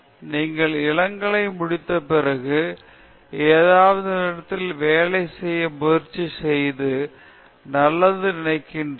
நீங்கள் இளங்கலை முடித்த பிறகு ஏதாவது நிறுவனத்தில் வேலை செய்ய முயற்சி செய்வது நல்லது என்று நினைக்கிறேன்